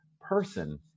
person